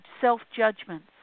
self-judgments